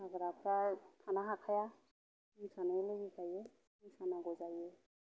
मोसाग्राफ्रा थानो हाखाया मोसानो लुबैखायो मोसानांगौ जायो